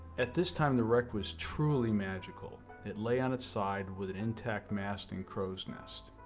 at this time the wreck was truly magical. it lay on its side with an intact mast in crow's nest.